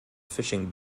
fishing